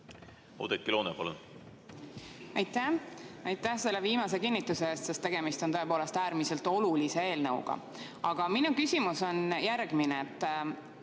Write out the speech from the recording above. Oudekki Loone, palun! Aitäh! Aitäh selle viimase kinnituse eest, sest tegemist on tõepoolest äärmiselt olulise eelnõuga! Aga minu küsimus on järgmine.